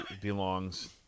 belongs